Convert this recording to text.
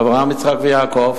אברהם, יצחק ויעקב.